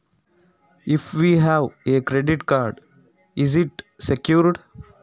ನಮ್ಮಲ್ಲಿ credit card ಇದ್ದರೆ ಅದಕ್ಕೆ ಭದ್ರತೆ ಇರುತ್ತದಾ?